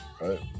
right